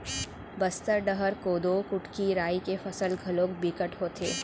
बस्तर डहर कोदो, कुटकी, राई के फसल घलोक बिकट होथे